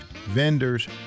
vendors